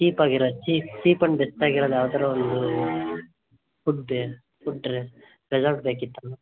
ಚೀಪಾಗಿರೋದು chief cheap and ಬೆಸ್ಟಾಗಿರೋದು ಯಾವ್ದಾದ್ರೂ ಒಂದು ಫುಡ್ಡ ಫುಡ್ ರೆಸಾರ್ಟ್ ಬೇಕಿತ್ತು ಮ್ಯಾಮ್